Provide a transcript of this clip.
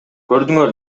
көрдүңөр